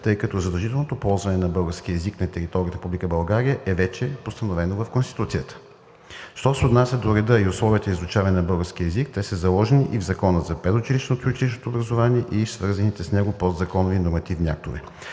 тъй като задължителното ползване на българския език на територията на Република България е вече постановено в Конституцията. Що се отнася до реда и условията за изучаване на българския език, те са заложени и в Закона за предучилищното и училищното образование и свързаните с него подзаконови нормативни актове.